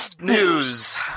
News